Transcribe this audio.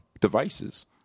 devices